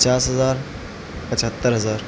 پچاس ہزار پچہتر ہزار